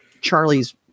Charlie's